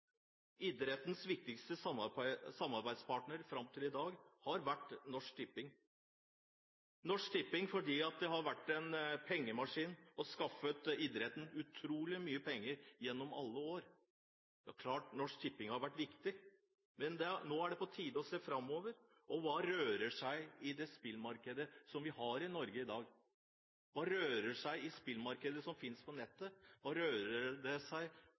Idrettens viktigste samarbeidspartner fram til i dag har vært Norsk Tipping, fordi Norsk Tipping har vært en pengemaskin og har skaffet idretten utrolig mye penger gjennom alle år. Det er klart at Norsk Tipping har vært viktig, men nå er det på tide å se framover. Hva er det som rører seg i det spillmarkedet vi har i Norge i dag? Hva er det som rører seg i det spillmarkedet vi finner på nettet? Hva er det som rører seg